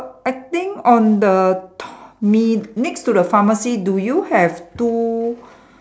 I think on the to~ mi~ next to the pharmacy do you have two